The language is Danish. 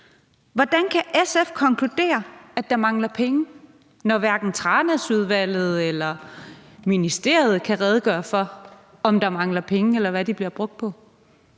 Hvordan kan SF konkludere, at der mangler penge, når hverken Tranæsudvalget eller ministeriet kan redegøre for, om der mangler penge, eller hvad de bliver brugt på?